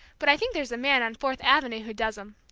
but i think there's a man on fourth avenue who does em!